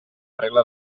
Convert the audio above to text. regla